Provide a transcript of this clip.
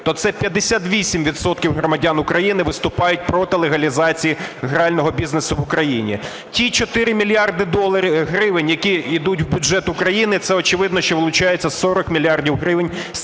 відсотків громадян України виступають проти легалізації грального бізнесу в Україні. Ті 4 мільярди гривень, які йдуть в бюджет України, це очевидно, що вилучається 40 мільярдів гривень